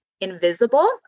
invisible